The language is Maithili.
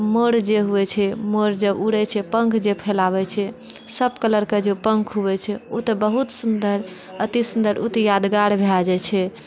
मोर जे होइ छै मोर जे उड़ै छै पङ्ख जे फैलाबै छै सब कलरके जे पङ्ख हुवै छै उ तऽ बहुत सुन्दर अतिसुन्दर उ तऽ यादगार भए जाइ छै